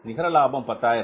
நிகரலாபம் 10000